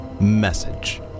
message